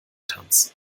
tanz